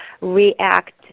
react